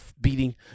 beating